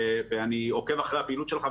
ואני עוקב אחרי הפעילות שלך,